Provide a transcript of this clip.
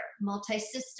multi-system